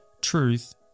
truth